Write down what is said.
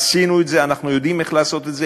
עשינו את זה, אנחנו יודעים איך לעשות את זה.